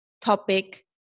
topic